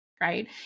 right